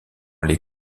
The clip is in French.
les